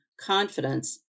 confidence